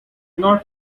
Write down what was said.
not